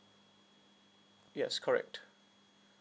yes correct